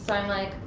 but i'm like,